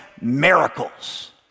miracles